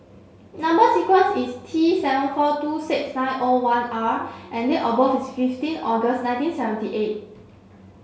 number sequence is T seven four two six nine O one R and date of birth is fifteen August nineteen seventy eight